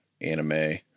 anime